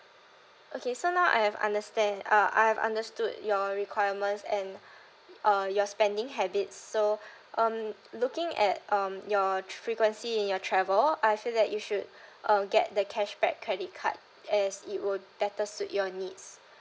okay so now I have understand uh I've understood your requirements and uh your spending habits so um looking at um your ch~ frequency in your travel I feel that you should uh get the cashback credit card as it would be better suit your needs